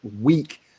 week